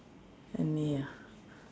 any ah